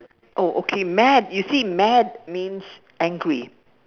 oh okay mad you see mad means angry